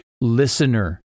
listener